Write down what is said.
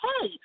hey